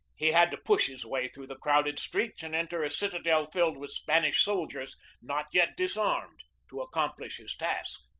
he had to push his way through the crowded streets and enter a citadel filled with spanish soldiers not yet disarmed to accom plish his task.